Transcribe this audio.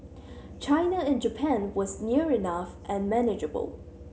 China and Japan was near enough and manageable